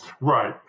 Right